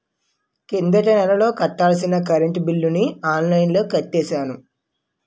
కిందటి నెల కట్టాల్సిన కరెంట్ బిల్లుని ఆన్లైన్లో కట్టేశాను